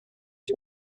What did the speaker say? him